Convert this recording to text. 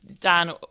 Dan